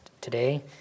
today